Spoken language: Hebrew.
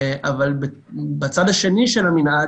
אבל בצד השני של המנעד,